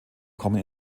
kommen